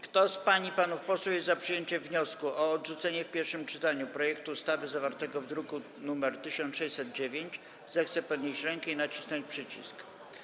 Kto z pań i panów posłów jest za przyjęciem wniosku o odrzucenie w pierwszym czytaniu projektu ustawy zawartego w druku nr 1609, zechce podnieść rękę i nacisnąć przycisk.